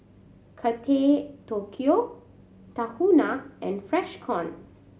Kate Tokyo Tahuna and Freshkon